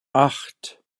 acht